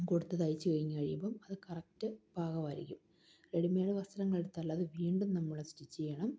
കൊടുത്തു തയ്ച്ച് കഴിഞ്ഞ് കഴിയുമ്പോള് അത് കറക്റ്റ് പാകമായിരിക്കും റെഡിമേയ്ഡ് വസ്ത്രങ്ങളെടുത്താല് അത് വീണ്ടും നമ്മള് സ്റ്റിച്ച് ചെയ്യണം